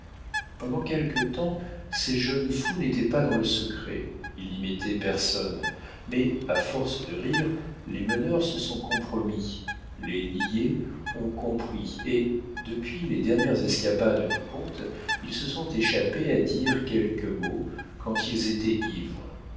pendant quelque temps ces jeunes fous n'étaient pas dans le secret ils n'y mettaient personne mais à force de rire les meneurs se sont compromis les niais ont compris et depuis les dernières escapades du comte ils se sont échappés à dire quelques mots quand ils étaient ivres